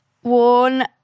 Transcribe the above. one